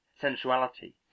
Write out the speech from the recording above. sensuality